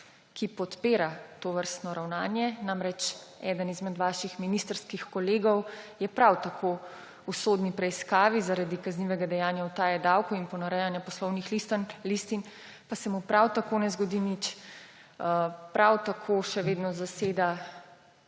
ki podpira tovrstno ravnanje. Namreč, eden izmed vaših ministrskih kolegov je prav tako v sodni preiskavi zaradi kaznivega dejanja utaje davkov in ponarejanja poslovnih listin, pa se mu prav tako ne zgodi nič, prav tako še vedno zaseda